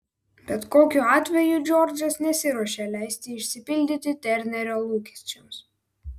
bet kokiu atveju džordžas nesiruošė leisti išsipildyti ternerio lūkesčiams